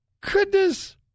goodness